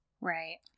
Right